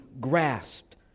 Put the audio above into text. grasped